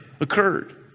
occurred